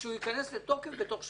ושהוא ייכנס לתוקף בתוך שבוע.